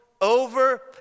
over